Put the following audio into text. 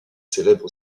célèbre